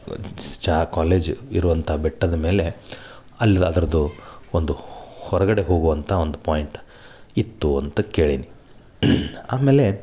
ಜಾ ಕಾಲೇಜ್ ಇರುವಂಥ ಬೆಟ್ಟದ ಮೇಲೆ ಅಲ್ಲಿ ಅದರದು ಒಂದು ಹೊರಗಡೆ ಹೋಗುವಂಥ ಒಂದು ಪಾಯಿಂಟ್ ಇತ್ತು ಅಂತ ಕೇಳೀನಿ ಆಮೇಲೆ